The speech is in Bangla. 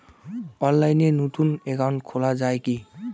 অনলাইনে নতুন একাউন্ট খোলা য়ায় কি?